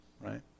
right